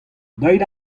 deuit